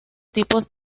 tipos